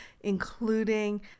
including